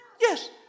Yes